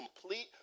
complete